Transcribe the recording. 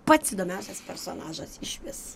pats įdomiausias personažas išvis